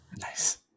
Nice